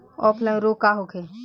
Offline रोग का होखे?